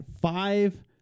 five